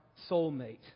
soulmate